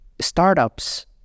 Startups